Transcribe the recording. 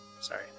sorry